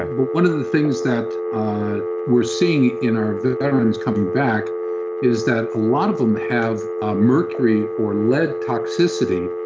but one of the things that we're seeing in our veterans coming back is that a lot of them have ah mercury or lead toxicity.